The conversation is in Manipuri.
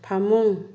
ꯐꯃꯨꯡ